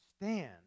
stand